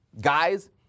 Guys